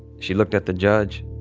she looked at the judge.